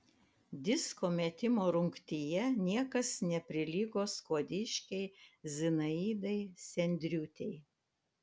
disko metimo rungtyje niekas neprilygo skuodiškei zinaidai sendriūtei